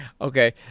Okay